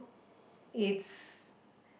it's